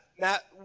Matt